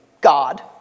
God